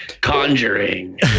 conjuring